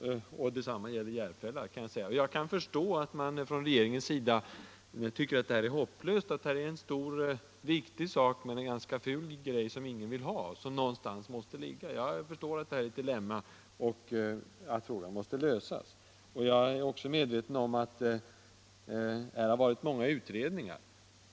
Detsamma gäller Järfälla. Här gäller det en stor och ful byggnad som ingen vill ha, men en viktig sak, som någonstans måste ligga. Jag förstår att det är ett dilemma och att frågan måste lösas. Jag är också medveten om att det har varit många utredningar.